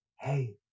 hey